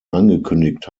angekündigt